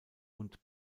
und